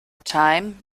time